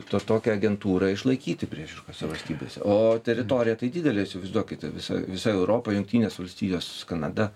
to tokią agentūrą išlaikyti priešiškose valstybėse o teritorija tai didelė įsivaizduokite visa visa europa jungtinės valstijos kanada